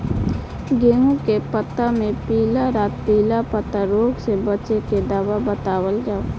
गेहूँ के पता मे पिला रातपिला पतारोग से बचें के दवा बतावल जाव?